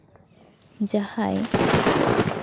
ᱡᱟᱦᱟᱸᱭ